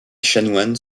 chanoines